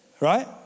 Right